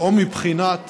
או מבחינת